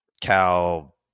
Cal